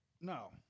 No